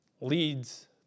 leads